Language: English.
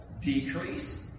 decrease